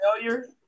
failure